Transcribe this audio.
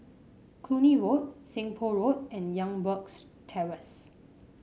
Cluny Road Seng Poh Road and Youngberg's Terrace